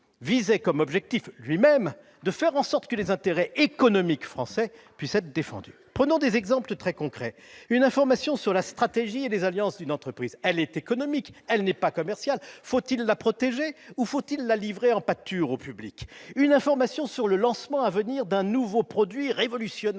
avait pour objectif la protection des intérêts économiques français. Tout à fait ! Prenons des exemples très concrets. Une information sur la stratégie et les alliances d'une entreprise est économique, et non pas commerciale. Faut-il la protéger ou la livrer en pâture au public ? Une information sur le lancement à venir d'un nouveau produit révolutionnaire